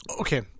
Okay